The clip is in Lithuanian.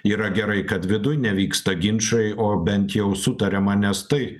yra gerai kad viduj nevyksta ginčai o bent jau sutariama nes tai